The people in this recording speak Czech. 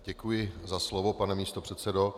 Děkuji za slovo, pane místopředsedo.